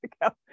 ago